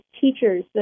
teachers